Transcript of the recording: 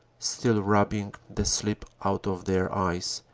still rubbing the sleep out of their eyes,